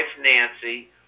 Nancy